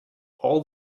all